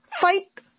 fight